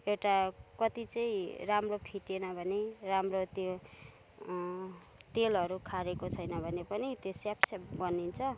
एउटा कति चाहिँ राम्रो फिटिएन भने राम्रो त्यो तेलहरू खारिएको छैन भने पनि त्यो स्याप स्याप बनिन्छ अनि